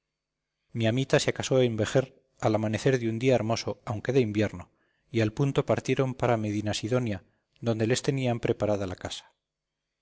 mi amita se casó en vejer al amanecer de un día hermoso aunque de invierno y al punto partieron para medinasidonia donde les tenían preparada la casa